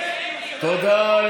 תודה.